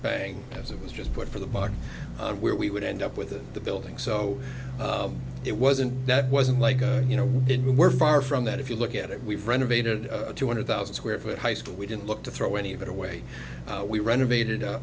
bang as it was just put for the part where we would end up with the building so it wasn't that wasn't like i you know we were far from that if you look at it we've renovated two hundred thousand square foot high school we didn't look to throw any of it away we renovated